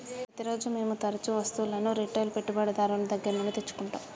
ప్రతిరోజూ మేము తరుచూ వస్తువులను రిటైల్ పెట్టుబడిదారుని దగ్గర నుండి తెచ్చుకుంటం